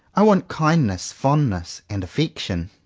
i want kindness, fondness and affection.